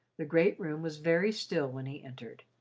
the great room was very still when he entered.